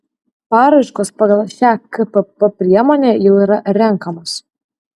paraiškos pagal šią kpp priemonę jau yra renkamos